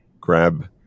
grab